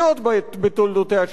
והיו גם שרים הרפתקנים.